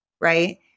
right